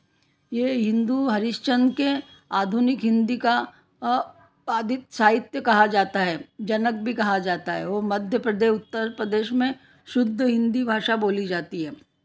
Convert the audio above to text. यह हिंदू हरिश्चंद्र के आधुनिक हिंदी का आदित साहित्य कहा जाता है जनक भी कहा जाता है वो मध्यप्रदेश उत्तरप्रदेश में शुद्ध हिंदी भाषा बोली जाती है